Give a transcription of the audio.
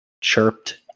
chirped